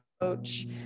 approach